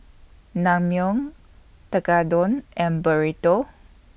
Naengmyeon Tekkadon and Burrito